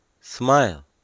smile